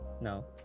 No